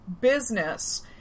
business